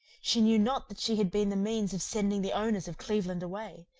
she knew not that she had been the means of sending the owners of cleveland away,